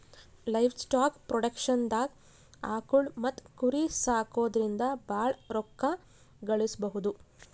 livestock ಪ್ರೊಡಕ್ಷನ್ದಾಗ್ ಆಕುಳ್ ಮತ್ತ್ ಕುರಿ ಸಾಕೊದ್ರಿಂದ ಭಾಳ್ ರೋಕ್ಕಾ ಗಳಿಸ್ಬಹುದು